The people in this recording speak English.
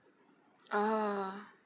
ah